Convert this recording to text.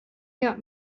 help